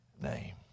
name